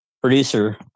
producer